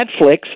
Netflix